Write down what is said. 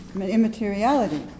immateriality